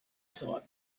thought